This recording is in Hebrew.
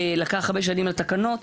לקח חמש שנים לתקן תקנות,